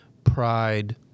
Pride